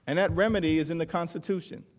and that remedy is in the constitution.